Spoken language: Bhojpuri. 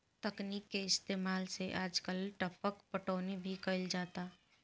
तकनीक के इस्तेमाल से आजकल टपक पटौनी भी कईल जाता